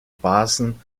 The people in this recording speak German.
basen